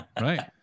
Right